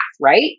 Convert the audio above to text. right